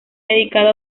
dedicado